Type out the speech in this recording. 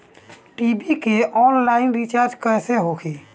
TV के online recharge कैसे होखी?